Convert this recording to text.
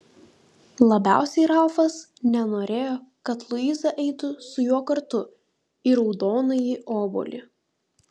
labiausiai ralfas nenorėjo kad luiza eitų su juo kartu į raudonąjį obuolį